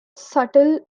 subtle